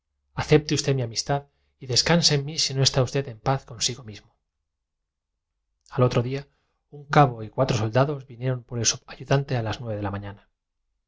acepte usted mi amistad y descanse en mí mente por inocente y por culpable recordando la horrible tentación a si no está usted en paz consigo mismo al otro día un cabo y cuatro que había tenido el tesón de resistir temía haber realizado durante el soldados vinieron por el subayudante a las nueve de la mañana yo